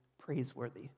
praiseworthy